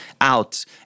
out